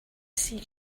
see